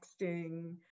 texting